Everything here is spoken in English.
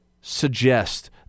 suggest